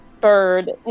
bird